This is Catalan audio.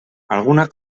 alguna